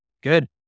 good